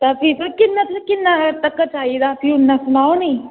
तां फ्ही किन्ना तुसें किन्ना तगर चाहिदा असें इ'न्ना सनाओ नी